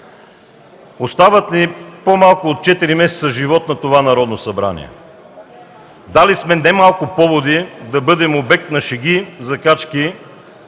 Остават ни по-малко от четири месеца живот на това Народно събрание. Дали сме немалко поводи да бъдем обект на шеги и закачки,